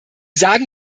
sagen